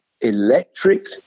electric